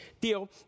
deal